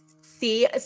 see